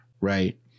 right